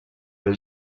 les